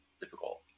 difficult